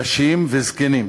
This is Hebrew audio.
נשים וזקנים,